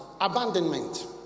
abandonment